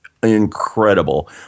incredible